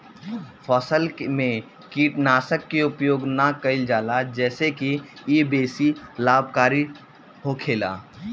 फसल में कीटनाशक के उपयोग ना कईल जाला जेसे की इ बेसी लाभकारी होखेला